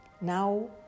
Now